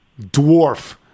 dwarf